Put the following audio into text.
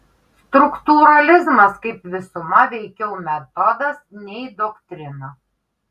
struktūralizmas kaip visuma veikiau metodas nei doktrina